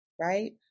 right